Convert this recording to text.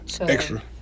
extra